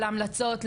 להמלצות,